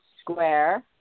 square